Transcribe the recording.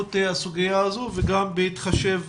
חשיבות הסוגיה הזו וגם בהתחשב